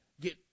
get